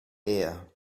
ear